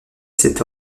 cet